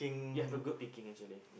you have a good thinking actually